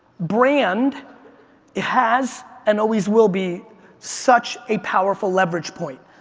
brand has and always will be such a powerful leverage point.